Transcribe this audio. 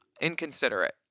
inconsiderate